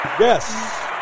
Yes